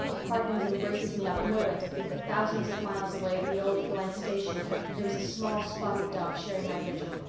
it heartens and braces me up no end to think that thousands of miles away at the old glen station there is a small spotted dog sharing my vigil.